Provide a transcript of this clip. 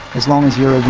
as long as you're a